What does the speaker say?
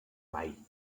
bai